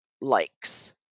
likes